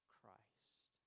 Christ